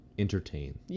entertain